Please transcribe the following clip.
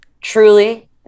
Truly